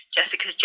Jessica